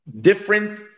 different